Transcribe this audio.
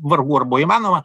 vargu ar buvo įmanoma